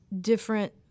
different